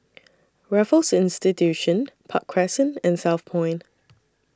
Raffles Institution Park Crescent and Southpoint